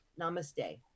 namaste